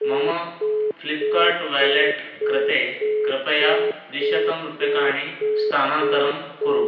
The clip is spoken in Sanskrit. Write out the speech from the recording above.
मम फ़्लिप्कार्ट् वालेट् कृते कृपया द्विशतम् रूप्यकाणि स्थानान्तरं कुरु